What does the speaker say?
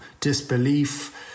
disbelief